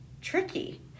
tricky